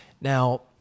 Now